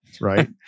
right